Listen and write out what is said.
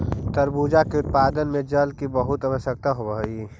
तरबूजा के उत्पादन में जल की बहुत आवश्यकता होवअ हई